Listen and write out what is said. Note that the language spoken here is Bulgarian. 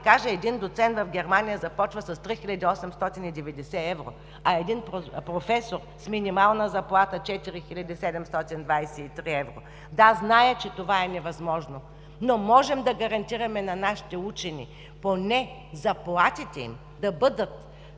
кажа – един доцент в Германия започва с 3890 евро, а един професор – с минимална заплата 4723 евро. Да, зная, че това е невъзможно, но можем да гарантираме на нашите учени поне минималните им заплати